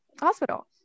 hospital